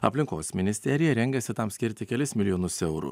aplinkos ministerija rengiasi tam skirti kelis milijonus eurų